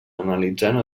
analitzant